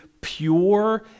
pure